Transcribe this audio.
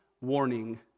warning